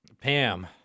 Pam